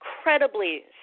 incredibly